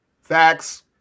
Facts